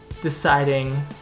deciding